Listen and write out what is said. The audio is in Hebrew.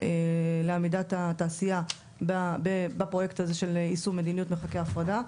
לעמידת התעשייה בפרויקט הזה יישום מדיניות מרחקי הפרדה,